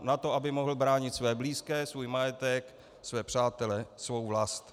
Na to, aby mohl bránit své blízké, svůj majetek, své přátele, svou vlast.